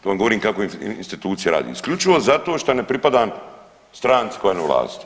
To vam govorim kako institucije rade isključivo zato što ne pripadam stranci koja je na vlasti.